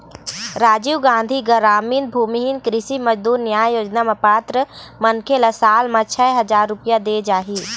राजीव गांधी गरामीन भूमिहीन कृषि मजदूर न्याय योजना म पात्र मनखे ल साल म छै हजार रूपिया देय जाही